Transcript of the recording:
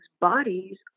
bodies